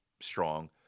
strong